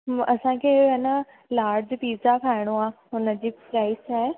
असांखे आहे न लार्ज पिज़्ज़ा हुनजी प्राइज छा आहे